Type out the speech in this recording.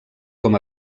com